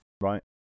Right